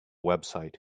website